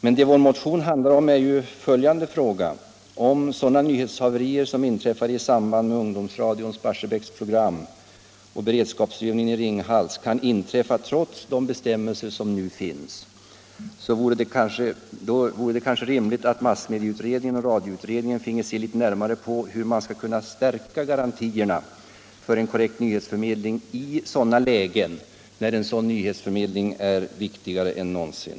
Men om sådana nyhetshaverier som inträffade i samband med ungdomsradions Barsebäcksprogram och beredskapsövningen i Ringhals kan ske trots de nuvarande bestämmelserna, vore det kanske rimligt att massmedieutredningen och radioutredningen finge se litet närmare på hur man skall kunna stärka garantierna för en korrekt nyhetsförmedling i lägen där en sådan nyhetsförmedling är viktigare än någonsin.